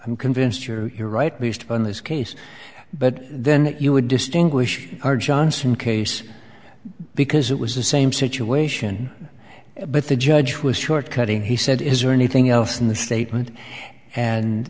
i'm convinced you're you're right least but in this case but then you would distinguish our johnson case because it was the same situation but the judge was shortcutting he said is there anything else in the statement and